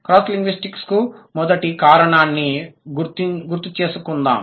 cross linguistic కు మొదటి కారణాన్ని గుర్తుచేసుకుందాం